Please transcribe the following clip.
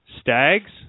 Stags